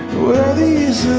were these